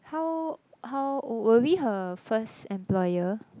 how how old were we her first employer